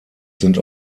sind